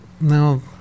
No